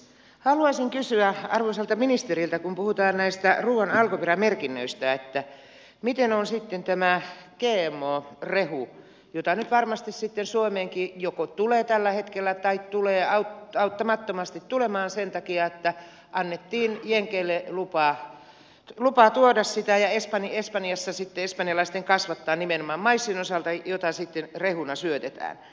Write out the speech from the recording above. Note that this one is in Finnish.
haluaisin kysyä arvoisalta ministeriltä kun puhutaan näistä ruoan alkuperämerkinnöistä miten on sitten tämä gmo rehu jota nyt varmasti sitten suomeenkin joko tulee tällä hetkellä tai tulee auttamattomasti tulemaan sen takia että annettiin jenkeille lupa tuoda sitä ja espanjalaisten kasvattaa nimenomaan maissin osalta ja sitä sitten rehuna syötetään